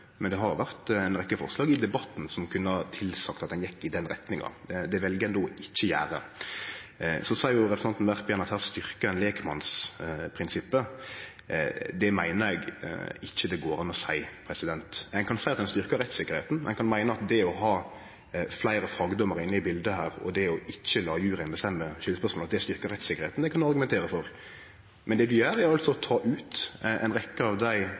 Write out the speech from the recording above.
men det har vore ei rekkje forslag i debatten som kunne tilsagt at ein gjekk i den retninga. Det vel ein då ikkje å gjere. Representanten Werp seier igjen at ein styrkjer lekmannsprinsippet. Det meiner eg det ikkje går an å seie. Ein kan seie at ein styrkjer rettstryggleiken, og ein kan meine at det å ha fleire fagdommarar inne i bildet og ikkje å la juryen bestemme skyldspørsmålet styrkjer rettstryggleiken – det kan ein argumentere for. Men det ein gjer, er at ein tek ut ei rekkje av dei